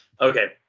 okay